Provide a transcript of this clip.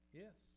yes